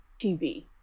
TV